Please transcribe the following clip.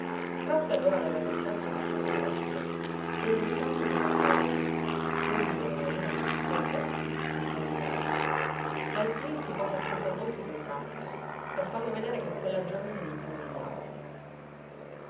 trasse allora dalla cassetta un'altra fotografia il ritratto d'una giovine subito venerina vi fissò gli occhi impallidendo ma il cleen si pose accanto al volto il ritratto per farle vedere che quella giovine gli somigliava